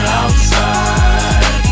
outside